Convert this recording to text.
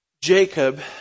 Jacob